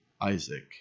Isaac